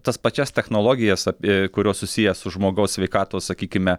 tas pačias technologijas apie kurios susiję su žmogaus sveikatos sakykime